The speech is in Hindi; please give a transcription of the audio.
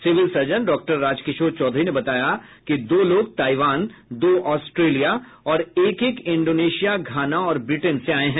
civil surgeon doctor Rajkishore Chaudhary ने बताया कि दो लोग ताईवान दो ऑस्ट्रेलिया और एक एक इंडोनेशिया घाना और ब्रिटेन से आये हैं